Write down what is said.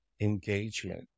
engagement